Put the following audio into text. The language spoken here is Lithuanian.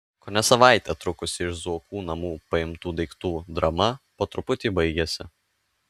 kone savaitę trukusi iš zuokų namų paimtų daiktų drama po truputį baigiasi